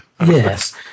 yes